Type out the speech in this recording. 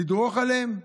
לדרוך עליהן?